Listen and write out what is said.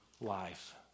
life